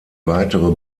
weitere